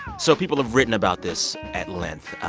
so people have written about this at length.